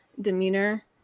demeanor